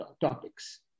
topics